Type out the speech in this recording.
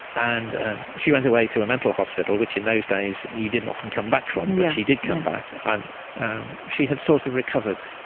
and and she went away to a mental hospital, which, in those days, you didn't often come back from, but she did come back. and she had sort of recovered,